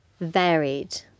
varied